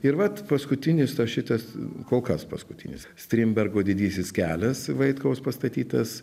ir vat paskutinis tas šitas kol kas paskutinis strindbergo didysis kelias vaitkaus pastatytas